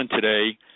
today